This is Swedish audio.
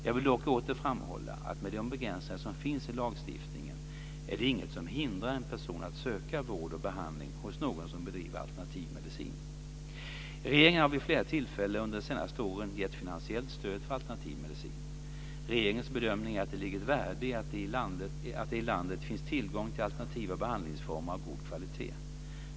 Jag vill dock åter framhålla att med de begränsningar som finns i lagstiftningen är det inget som hindrar en person att söka vård och behandling hos någon som bedriver alternativ medicin. Regeringen har vid flera tillfällen under de senaste åren gett finansiellt stöd för alternativ medicin. Regeringens bedömning är att det ligger ett värde i att det i landet finns tillgång till alternativa behandlingsformer av god kvalitet.